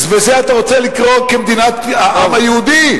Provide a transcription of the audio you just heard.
וזה אתה רוצה לקרוא כמדינת העם היהודי?